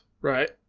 right